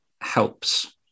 helps